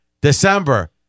December